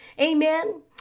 Amen